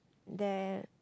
there